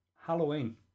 Halloween